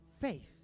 faith